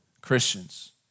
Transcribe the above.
Christians